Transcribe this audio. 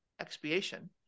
expiation